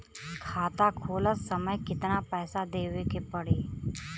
खाता खोलत समय कितना पैसा देवे के पड़ी?